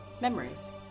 memories